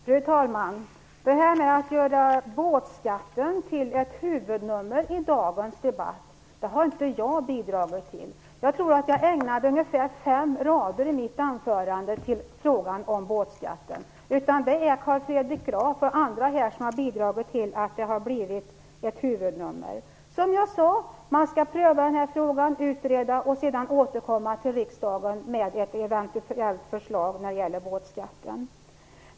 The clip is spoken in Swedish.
Fru talman! Detta med att göra båtskatten till ett huvudnummer i dagens debatt har inte jag bidragit till. Jag tror att jag ägnade ungefär fem rader i mitt anförande åt frågan om båtskatten. Det är Carl Fredrik Graf och andra här som har bidragit till att det har blivit ett huvudnummmer. Som jag sade skall man pröva och utreda frågan. Sedan skall man återkomma till riksdagen med ett eventuellt förslag när det gäller båtskatten.